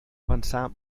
avançar